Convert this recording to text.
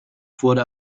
wurde